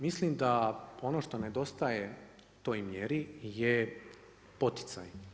Mislim da ono što nedostaje to i mjeri je poticaj.